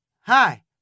Hi